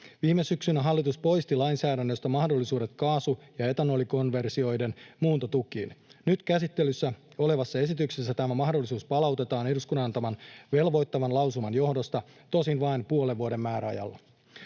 Viime syksynä hallitus poisti lainsäädännöstä mahdollisuudet kaasu- ja etanolikonversioiden muuntotukiin. Nyt käsittelyssä olevassa esityksessä tämä mahdollisuus palautetaan eduskunnan antaman velvoittavan lausuman johdosta, tosin vain puolen vuoden määräajalla.